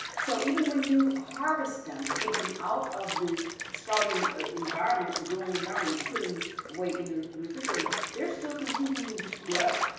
so even when you harvest them, take them out of the sprouting ah environment, the growing environment, and put them away in the refrigerator, they're still continuing to grow.